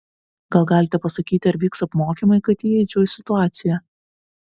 gal galite pasakyti ar vyks apmokymai kad įeičiau į situaciją